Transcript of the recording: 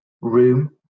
room